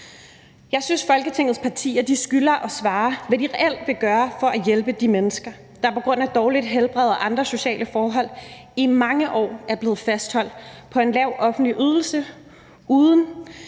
Jeg synes, at Folketingets partier skylder svar på, hvad de reelt vil gøre for at hjælpe de mennesker, der på grund af dårligt helbred og andre sociale forhold i mange år er blevet fastholdt på en lav offentlig ydelse med